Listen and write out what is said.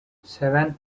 seven